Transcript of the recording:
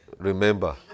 Remember